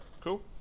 cool